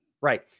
Right